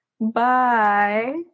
Bye